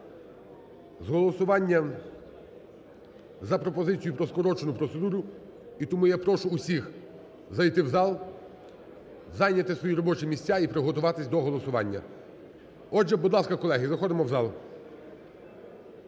з голосування за пропозицію про скорочену процедуру. І тому я прошу усіх зайти в зал, зайняти свої робочі місця і приготуватись до голосування. Отже, будь ласка, колеги, заходимо в зал.